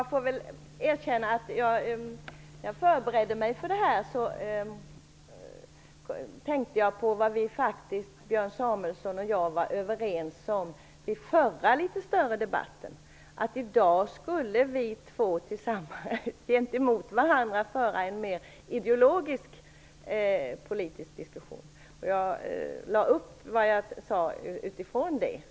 Herr talman! När jag förberedde mig för debatten tänkte jag på vad Björn Samuelson och jag var överens om vid den förra större debatten, nämligen att vi två i dag skulle föra en mer ideologisk politisk diskussion. Det jag sade var upplagt utifrån det.